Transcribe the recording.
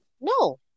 no